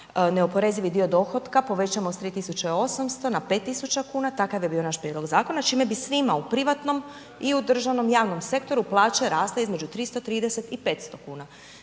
neoporezivi dio dohotka povećamo sa 3800 na 5000 kuna, takav je bio naš prijedlog zakona, čime bi svima u privatnom i u državnom i javnom sektoru, plaće rasle između 330 i 500 kuna.